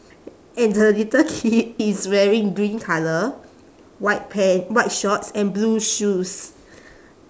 and the little kid is wearing green colour white pan~ white shorts and blue shoes